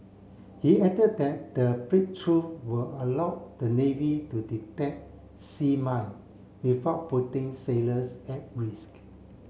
he added that the breakthrough will allow the navy to detect sea mine without putting sailors at risk